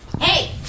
hey